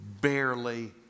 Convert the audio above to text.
barely